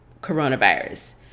coronavirus